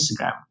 Instagram